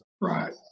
Right